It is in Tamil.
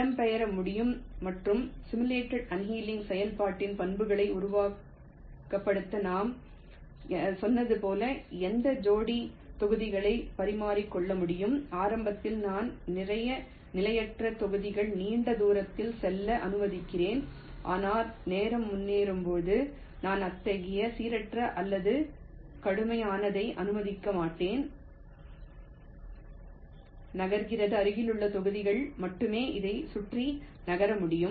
இடம்பெயர முடியும் மற்றும் சிமுலேட் அண்ணேலிங் செயல்பாட்டின் பண்புகளை உருவகப்படுத்த நான் சொன்னது போல எந்த ஜோடி தொகுதிகளை பரிமாறிக்கொள்ள முடியும் ஆரம்பத்தில் நான் நிறைய நிலையற்ற தொகுதிகள் நீண்ட தூரத்திற்கு செல்ல அனுமதிக்கிறேன் ஆனால் நேரம் முன்னேறும்போது நான் அத்தகைய சீரற்ற அல்லது கடுமையானதை அனுமதிக்க மாட்டேன் நகர்கிறது அருகிலுள்ள தொகுதிகள் மட்டுமே இதைச் சுற்றி நகர முடியும்